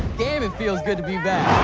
damn, it feels good to be back.